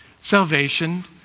salvation